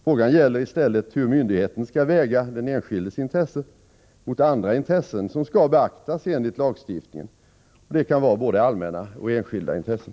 Frågan gäller i stället hur myndigheten skall väga den enskildes intressen mot andra intressen som skall beaktas enligt lagstiftningen, och det kan vara både allmänna och enskilda intressen.